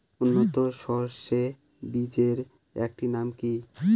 উন্নত সরষে বীজের একটি নাম কি?